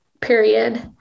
period